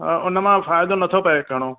हा हुनमां फ़ाइदो न थो पए घणो